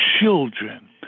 children